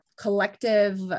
collective